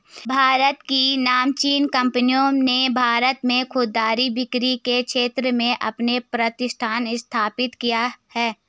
भारत की नामचीन कंपनियों ने भारत में खुदरा बिक्री के क्षेत्र में अपने प्रतिष्ठान स्थापित किए हैं